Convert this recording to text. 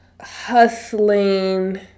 hustling